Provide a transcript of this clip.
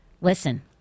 listen